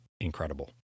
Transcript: incredible